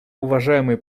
уважаемый